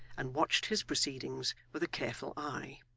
and watched his proceedings with a careful eye.